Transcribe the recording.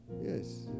Yes